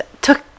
took